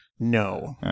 No